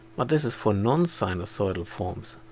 but this is for non sinusoidal forms.